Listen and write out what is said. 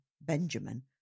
Benjamin